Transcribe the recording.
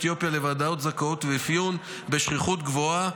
אתיופיה לוועדת זכאות ואפיון בשכיחות גבוהה,